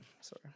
Sorry